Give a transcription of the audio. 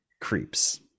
creeps